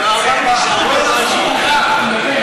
השעון רץ, אני לא יכול לדבר.